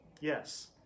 Yes